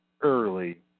early